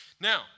Now